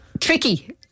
tricky